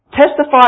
Testify